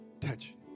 Touch